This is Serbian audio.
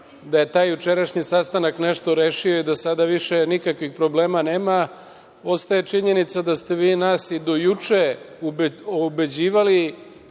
da je taj jučerašnji sastanak nešto rešio i da sada više nikakvih problema nema. Ostaje činjenica da ste vi nas i do juče ubeđivali